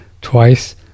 twice